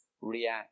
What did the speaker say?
react